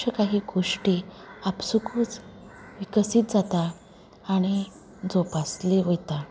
खूबश्यो काही गोश्टी आपसूकूच विकसीत जाता आनी जोपासली वयता